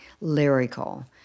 lyrical